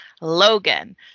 logan